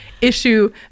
issue